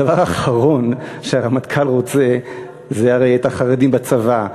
הדבר האחרון שהרמטכ"ל רוצה הרי זה את החרדים בצבא.